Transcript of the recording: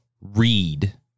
read